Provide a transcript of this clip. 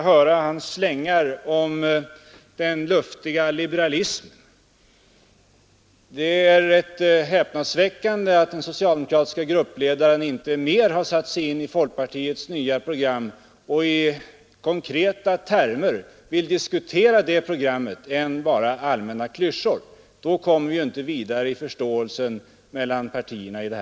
Jag tycker det också är rätt häpnadsväckande att den socialdemokratiske gruppledaren inte mer har försökt att sätta sig in i folkpartiets nya program och inte är mer villig att i konkreta termer diskutera det programmet.